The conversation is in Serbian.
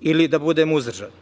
ili da budem uzdržan.